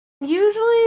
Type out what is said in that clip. Usually